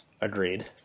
Agreed